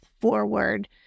forward